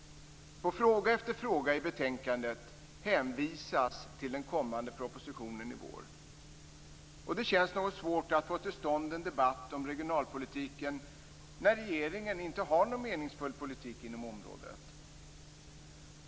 På fråga efter fråga i betänkandet hänvisas till den kommande propositionen i vår. Det känns något svårt att få till stånd en debatt om regionalpolitiken när regeringen inte har någon meningsfull politik inom området.